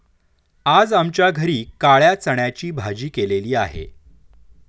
आज आमच्या घरी काळ्या चण्याची भाजी केलेली आहे